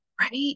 right